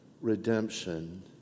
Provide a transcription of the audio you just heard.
redemption